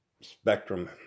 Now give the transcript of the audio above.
spectrum